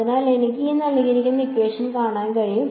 അതിനാൽ എനിക്ക് കാണാൻ കഴിയും